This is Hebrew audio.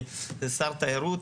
אני שר תיירות,